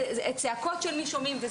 צעקות של מי שומעים.